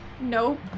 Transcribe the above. Nope